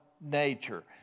nature